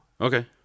Okay